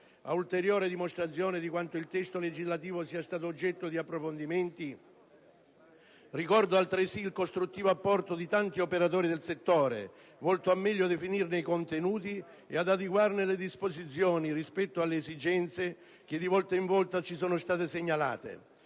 Ad ulteriore dimostrazione di quanto il testo legislativo sia stato oggetto di approfondimenti, ricordo altresì il costruttivo apporto di tanti operatori del settore, volto a definirne meglio i contenuti e ad adeguarne le disposizioni rispetto alle esigenze che di volta in volta ci sono state segnalate.